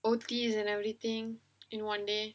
O_T and everything in one day